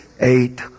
eight